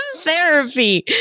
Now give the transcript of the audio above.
therapy